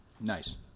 Nice